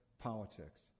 politics